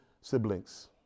siblings